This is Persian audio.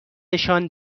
نشان